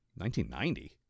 1990